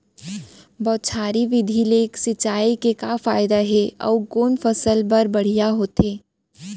बौछारी विधि ले सिंचाई के का फायदा हे अऊ कोन फसल बर बढ़िया होथे?